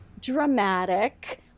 dramatic